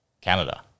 Canada